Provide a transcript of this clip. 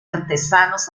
artesanos